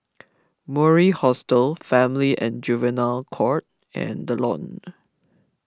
Mori Hostel Family and Juvenile Court and the Lawn